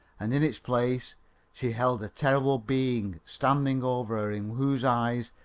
and in its place she beheld a terrible being standing over her, in whose eyes,